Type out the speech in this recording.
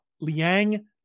Liang